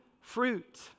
fruit